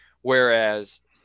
whereas